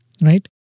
right